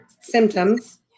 symptoms